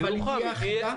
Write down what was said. אבל היה תהיה אחידה.